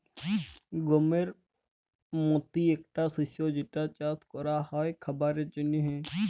গমের মতি একটা শস্য যেটা চাস ক্যরা হ্যয় খাবারের জন্হে